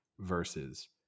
versus